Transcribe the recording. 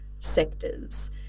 Sectors